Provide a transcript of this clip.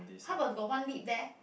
how about got one lead there